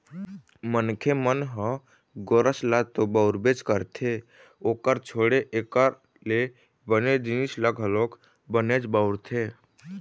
मनखे मन ह गोरस ल तो बउरबे करथे ओखर छोड़े एखर ले बने जिनिस ल घलोक बनेच बउरथे